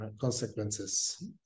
consequences